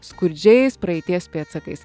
skurdžiais praeities pėdsakais